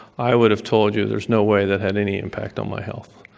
i would have told you there's no way that had any impact on my health.